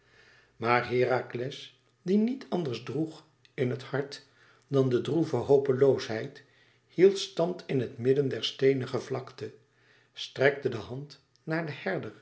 maar herakles die niet anders droeg in het hart dan de droeve hopeloosheid hield stand in het midden der steenige vlakte strekte de hand naar den